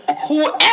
whoever